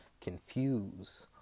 confuse